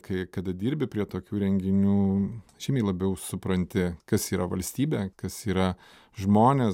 kai kada dirbi prie tokių renginių žymiai labiau supranti kas yra valstybė kas yra žmonės